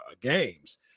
games